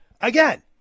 Again